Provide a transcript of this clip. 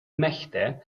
mächte